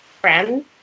friends